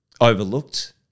overlooked